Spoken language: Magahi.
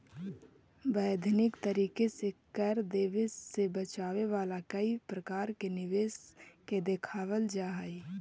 वैधानिक तरीके से कर देवे से बचावे वाला कई प्रकार के निवेश के दिखावल जा हई